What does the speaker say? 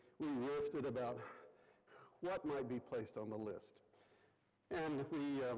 we lifted about what might be placed on the list and we